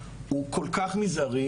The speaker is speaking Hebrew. הוא כל-כך מזערי,